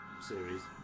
series